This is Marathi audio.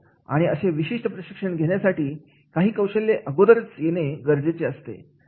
आणि असे विशिष्ट प्रशिक्षण घेण्यासाठी काही कौशल्य अगोदरच येणे खूप गरजेचे असते